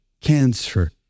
cancer